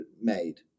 made